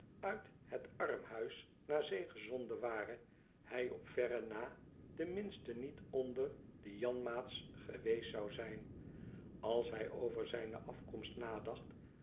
uit het armhuis naar zee gezonden ware hij op verre na de minste niet onder de janmaats geweest zou zijn als hij over zijne afkomst nadacht